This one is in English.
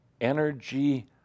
energy